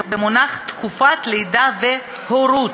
במונח תקופת לידה והורות,